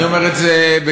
אני אומר את זה בכאב,